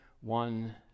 one